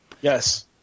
Yes